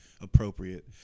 appropriate